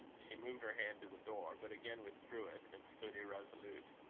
she moved her hand to the door, but again withdrew it, and stood irresolute.